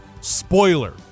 Spoiler